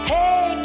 Hey